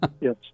yes